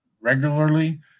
regularly